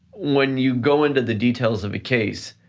when you go into the details of a case,